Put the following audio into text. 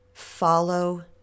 Follow